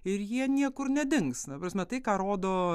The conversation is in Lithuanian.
ir jie niekur nedings na ta prasme tai ką rodo